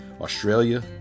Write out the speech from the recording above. Australia